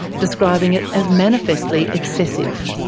describing it as manifestly excessive.